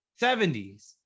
70s